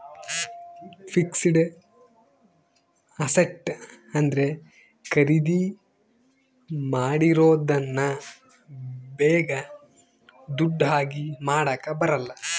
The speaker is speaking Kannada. ಫಿಕ್ಸೆಡ್ ಅಸ್ಸೆಟ್ ಅಂದ್ರೆ ಖರೀದಿ ಮಾಡಿರೋದನ್ನ ಬೇಗ ದುಡ್ಡು ಆಗಿ ಮಾಡಾಕ ಬರಲ್ಲ